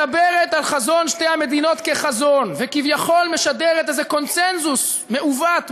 מדברת על חזון שתי המדינות כחזון וכביכול משדרת איזה קונסנזוס מעוות,